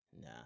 Nah